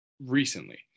recently